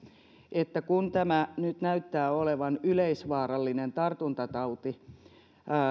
kun tämä nyt näyttää olevan yleisvaarallinen tartuntatauti